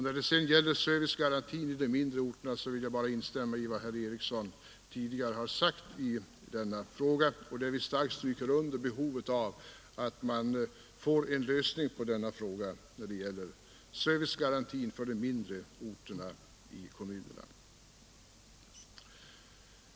När det sedan gäller servicegarantin i de mindre orterna vill jag bara instämma i vad herr Eriksson i Arvika tidigare har sagt i denna fråga. Vi understryker starkt behovet av att få en lösning på frågan om servicegaranti i de mindre orterna.